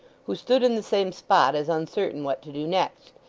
who stood in the same spot as uncertain what to do next,